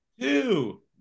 two